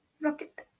rocket